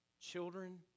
Children